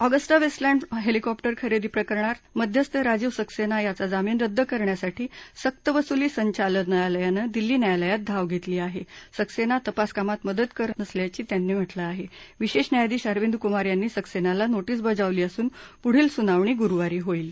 Agusta Westland helicopter खरद्दी प्रकरणातला मध्यस्थ राजीव सक्सप्ती याचा जामीन रद्द करण्यासाठी सक्तवसुली संचालनालयानं दिल्ली न्यायालयात धाव घत्तीी आहा सैक्सत्ती तपासकामात मदत करत नसल्याचं त्यांनी म्हटलं आहा विशव्व न्यायाधीश अरविंद कुमार यांनी सक्सप्तीला नोटीस बजावली असून पुढील सुनावणी गुरुवारी होईल